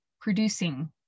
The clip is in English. producing